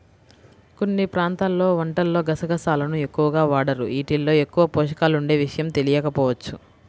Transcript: కొన్ని ప్రాంతాల్లో వంటల్లో గసగసాలను ఎక్కువగా వాడరు, యీటిల్లో ఎక్కువ పోషకాలుండే విషయం తెలియకపోవచ్చు